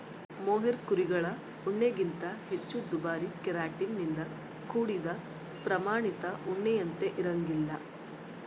mohair ಕುರಿಗಳ ಉಣ್ಣೆಗಿಂತ ಹೆಚ್ಚು ದುಬಾರಿ ಕೆರಾಟಿನ್ ನಿಂದ ಕೂಡಿದ ಪ್ರಾಮಾಣಿತ ಉಣ್ಣೆಯಂತೆ ಇರಂಗಿಲ್ಲ